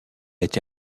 été